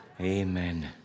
Amen